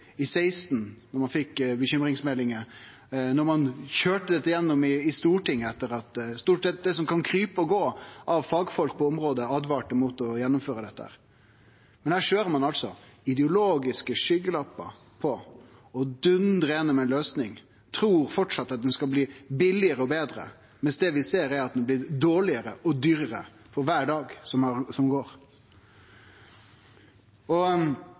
av landet. Når vil regjeringa vurdere å gjere om den fatale avgjerda som ein tok i 2016, då ein fekk bekymringsmeldingar, då ein køyrde dette gjennom i Stortinget, og etter at stort sett det som kan krype og gå av fagfolk på området, åtvara mot å gjennomføre dette? Her køyrer ein altså på med ideologiske skylappar og dundrar igjennom ei løysing, og trur fortsatt at det skal bli billegare og betre, mens det vi ser, er at det blir dåregare og dyrare for kvar dag som